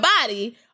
body